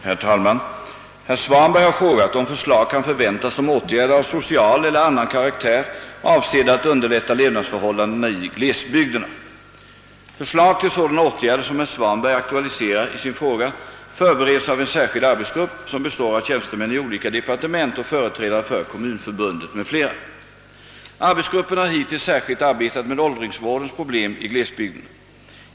Herr talman! Herr Svanberg har frågat om förslag kan förväntas om åt gärder av social eller annan karaktär avsedda att underlätta levnadsförhållandena i glesbygderna. Förslag till sådana åtgärder som herr Svanberg aktualiserar i sin fråga förbereds av en särskild arbetsgrupp, som består av tjänstemän i olika departement och företrädare för kommunförbundet m.fl. Arbetsgruppen har hittills särskilt arbetat med åldringsvårdens problem i glesbygderna.